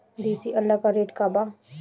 देशी अंडा का रेट बा?